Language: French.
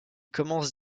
commence